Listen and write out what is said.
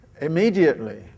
immediately